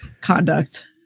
conduct